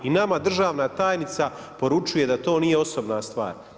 I nama državna tajnica, poručuje da to nije osobna stvar.